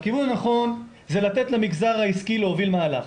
הכיוון הנכון הוא לתת למגזר העסקי להוביל מהלך.